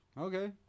Okay